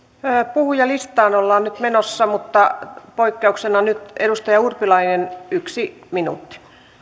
puhujalistaan ollaan nyt menossa mutta poik keuksena nyt edustaja urpilainen yksi minuutti